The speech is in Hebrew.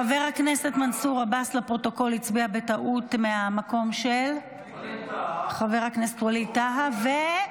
חבר הכנסת מנסור עבאס הצביע בטעות מהמקום של חבר הכנסת ווליד טאהא.